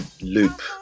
loop